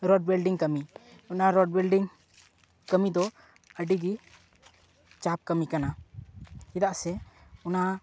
ᱨᱚᱴ building ᱠᱟᱹᱢᱤ ᱚᱱᱟ road building ᱠᱟᱹᱢᱤᱫᱚ ᱟᱹᱰᱤᱜᱮ ᱪᱟᱯ ᱠᱟᱹᱢᱤ ᱠᱟᱱᱟ ᱪᱮᱫᱟᱜ ᱥᱮ ᱚᱱᱟ